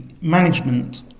management